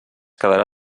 quedarà